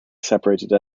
separate